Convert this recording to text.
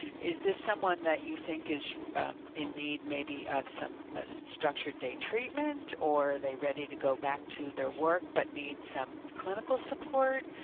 is this someone that you think is in need, maybe, of some structured day treatment? or are they ready to go back to their work but need some clinical support?